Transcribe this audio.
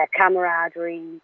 camaraderie